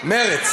השביתה מחר?